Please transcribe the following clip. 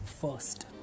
first